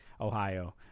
Ohio